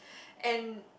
and